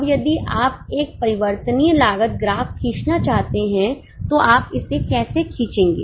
अब यदि आप एक परिवर्तनीय लागत ग्राफ खींचना चाहते हैं तो आप इसे कैसे खींचेगे